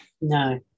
No